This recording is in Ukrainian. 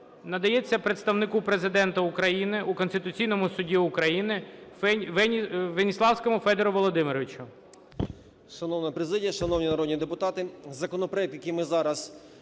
надається представнику Президента України у Конституційному Суді України Веніславському Федору Володимировичу.